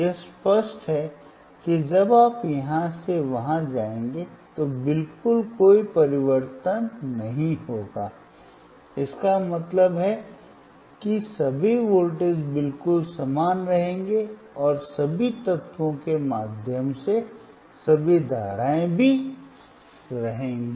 यह स्पष्ट है कि जब आप यहां से वहां जाएंगे तो बिल्कुल कोई परिवर्तन नहीं होगा इसका मतलब है कि सभी वोल्टेज बिल्कुल समान रहेंगे और सभी तत्वों के माध्यम से सभी धाराएं भी वही रहेंगी